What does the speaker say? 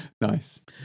Nice